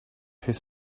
his